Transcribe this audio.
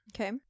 Okay